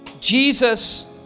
Jesus